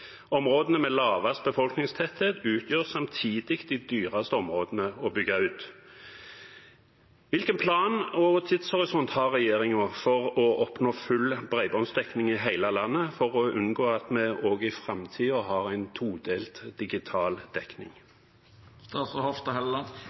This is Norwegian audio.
Områdene, med lavest befolkningstetthet, utgjør samtidig de dyreste områdene å bygge ut. Hvilken plan og tidshorisont har regjeringen for å oppnå full bredbåndsdekning i hele landet, for å unngå at vi også i framtiden har en todelt digital dekning?»